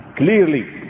clearly